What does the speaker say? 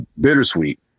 bittersweet